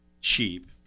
cheap